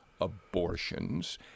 abortions